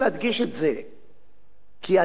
כי הדבר שהכי מטריד אותי,